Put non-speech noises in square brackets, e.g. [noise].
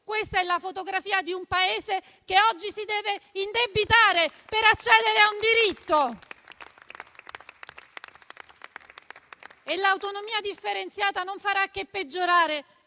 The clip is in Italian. Questa è la fotografia di un Paese che oggi si deve indebitare per accedere a un diritto. [applause] L'autonomia differenziata non farà che peggiorare